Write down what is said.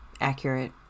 accurate